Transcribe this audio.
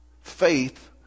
faith